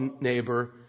neighbor